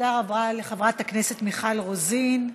תודה רבה לחברת הכנסת מיכל רוזין.